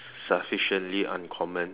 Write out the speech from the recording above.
sufficiently uncommon